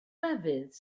lefydd